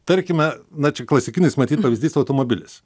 tarkime na čia klasikinis matyt pavyzdys automobilis